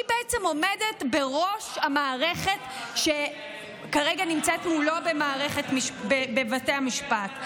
שהיא למעשה עומדת בראש המערכת שכרגע נמצאת מולו בבתי המשפט.